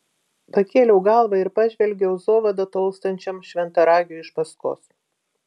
pakėliau galvą ir pažvelgiau zovada tolstančiam šventaragiui iš paskos